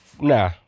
nah